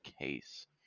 case